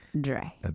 dry